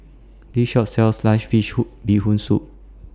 This Shop sells Sliced Fish Who Bee Hoon Soup